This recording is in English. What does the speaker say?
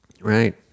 Right